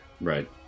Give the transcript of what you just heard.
Right